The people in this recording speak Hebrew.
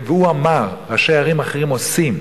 הוא אמר, ראשי ערים אחרים עושים.